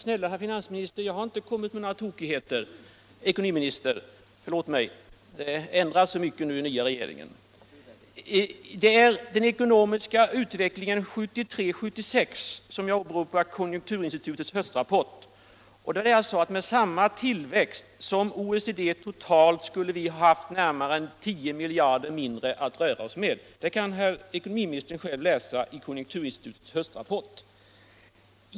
Herr talman! Snälla herr finansminister, förlåt mig, herr ekonomiminister skulle jag ha sagt; det ändras så mycket nu i den nya regeringen, tokigheterna får stå för herr Bohmans egen räkning. Det är i fråga om den ekonomiska utvecklingen 1973-1976 som jag har åberopat konjunkturinstitutets höstrapport. Med samma tillväxt som OECD totalt skulle Sverige ha haft närmare 10 miljarder mindre att röra sig med. Detta kan herr ekonomiministern själv ta del av i underlaget i konjunkturinstitutets höstrapport.